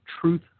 Truth